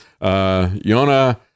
yona